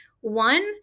one